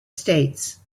states